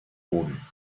boden